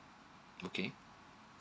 okay